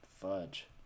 fudge